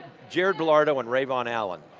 jared but ah and and ray vaughan allen,